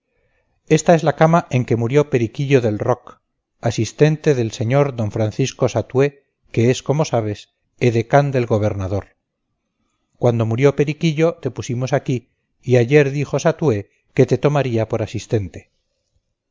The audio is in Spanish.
esta es la cama en que murió periquillo del roch asistente del sr d francisco satué que es como sabes edecán del gobernador cuando murió periquillo te pusimos aquí y ayer dijo satué que te tomaría por asistente